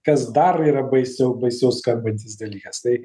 kas dar yra baisiau baisiau skambantis dalykas tai